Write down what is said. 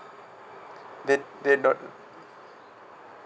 they they don't